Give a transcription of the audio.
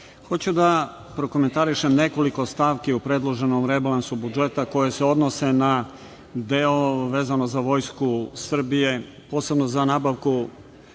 hoću da prokomentarišem nekoliko stavki o predloženom rebalansu budžeta koje se odnose na deo vezano za vojsku Srbije, posebno za nabavku